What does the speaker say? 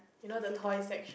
Isetan